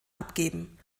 abgeben